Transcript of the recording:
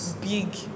big